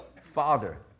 Father